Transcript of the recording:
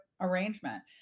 arrangement